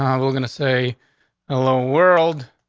um we're gonna say hello, world.